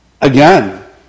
again